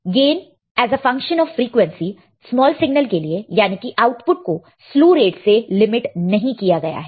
gain as a function of frequency small signal के लिए यानी कि आउटपुट को स्लु रेट से लिमिट नहीं किया गया है